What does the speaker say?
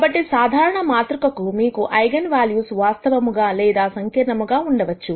కాబట్టి ఒక సాధారణ మాతృక కు మీకు ఐగన్ వాల్యూస్ వాస్తవముగా లేదా సంకీర్ణములుగా ఉండవచ్చు